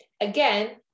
Again